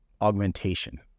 Augmentation